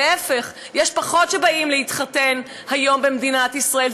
להפך, פחות באים להתחתן היום במדינת ישראל.